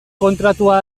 kontratua